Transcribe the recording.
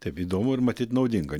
taip įdomu ir matyt naudinga